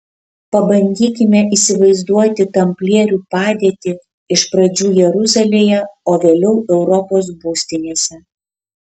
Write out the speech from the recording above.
pabandykime įsivaizduoti tamplierių padėtį iš pradžių jeruzalėje o vėliau europos būstinėse